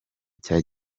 cya